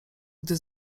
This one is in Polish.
gdy